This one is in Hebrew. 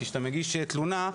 כי כשאתה מגיש תלונה,